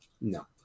No